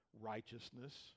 righteousness